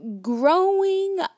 Growing